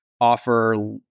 offer